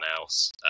else